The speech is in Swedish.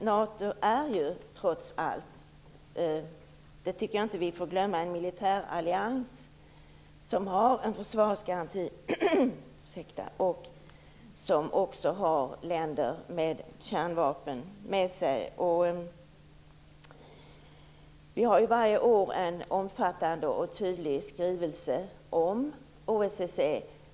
NATO är ju trots allt - det tycker jag att vi inte får glömma - en militärallians som har en försvarsgaranti och som också har med länder med kärnvapen. Vi har ju varje år en omfattande och tydlig skrivelse om OSSE.